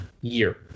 year